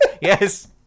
Yes